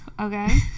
Okay